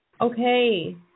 Okay